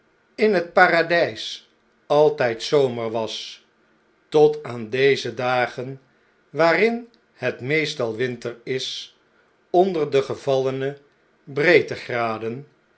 in het paradp altjjd zomer was tot aan deze dagen waarin het meestal winter is onder de gevallene breedtegraden